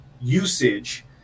usage